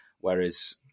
whereas